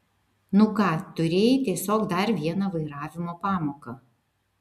nu ką turėjai tiesiog dar vieną vairavimo pamoką